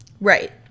Right